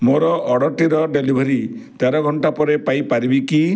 ମୋର ଅର୍ଡ଼ର୍ଟିର ଡେଲିଭରୀ ତେର ଘଣ୍ଟା ପରେ ପାଇପାରିବି କି